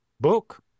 book